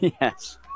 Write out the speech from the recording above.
Yes